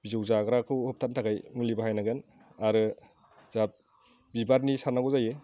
बिजौ जाग्राखौ होबाथानो थाखाय मुलि बाहायनांगोन आरो जा बिबारनि सारनांगौ जायो